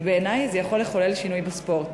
ובעיני זה יכול לחולל שינוי בספורט